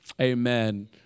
Amen